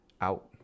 out